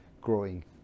growing